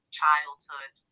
childhood